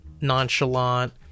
nonchalant